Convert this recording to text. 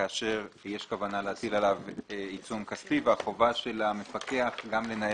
כאשר יש כוונה להטיל עליו עיצום כספי והחובה של המפקח גם לנהל